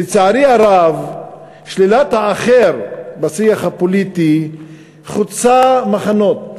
לצערי הרב, שלילת האחר בשיח הפוליטי חוצה מחנות.